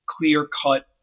clear-cut